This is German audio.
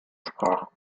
sprach